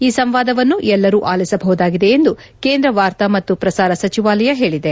ಈ ಸಂವಾದವನ್ನು ಎಲ್ಲರೂ ಆಲಿಸಬಹುದಾಗಿದೆ ಎಂದು ಕೇಂದ್ರ ವಾರ್ತಾ ಮತ್ತು ಪ್ರಸಾರ ಸಚಿವಾಲಯ ಹೇಳಿದೆ